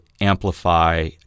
amplify